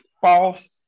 false